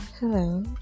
Hello